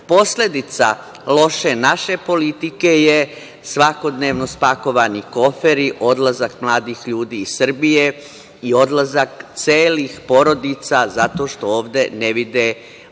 Posledica loše naše politike je svakodnevno spakovani koferi i odlazak mladih ljudi iz Srbije i odlazak celih porodica zato što ovde ne vide mogućnost